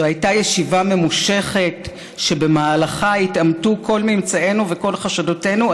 זו הייתה ישיבה ממושכת שבמהלכה התאמתו כל ממצאינו וכל חשדותינו.